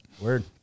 Weird